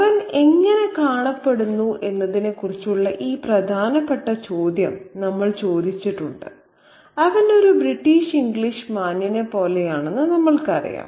അവൻ എങ്ങനെ കാണപ്പെടുന്നു എന്നതിനെക്കുറിച്ചുള്ള ഈ പ്രധാനപ്പെട്ട ചോദ്യം നമ്മൾ ചോദിച്ചിട്ടുണ്ട് അവൻ ഒരു ബ്രിട്ടീഷ് ഇംഗ്ലീഷ് മാന്യനെപ്പോലെയാണെന്ന് നമ്മൾക്കറിയാം